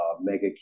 mega